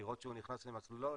לראות שהוא נכנס למסלולו,